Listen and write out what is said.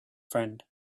friend